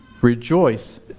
rejoice